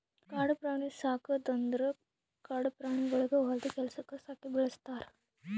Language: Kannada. ಕಾಡು ಪ್ರಾಣಿ ಸಾಕದ್ ಅಂದುರ್ ಕಾಡು ಪ್ರಾಣಿಗೊಳಿಗ್ ಹೊಲ್ದು ಕೆಲಸುಕ್ ಸಾಕಿ ಬೆಳುಸ್ತಾರ್